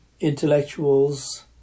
intellectuals